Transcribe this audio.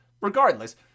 regardless